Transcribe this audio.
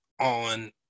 on